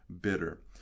bitter